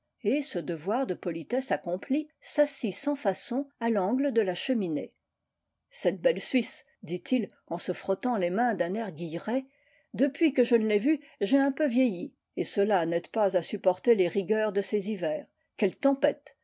et ce devoir de politesse accompli s'assit sans façon à l'angle de la cheminée cette belle suisse dit-il en se frottant les mains d'un air guilleret depuis que je ne l'ai vue j'ai un peu vieilli et cela n'aide pas à supporter les rigueurs de ses hivers quelle tempête